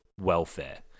welfare